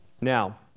Now